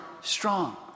strong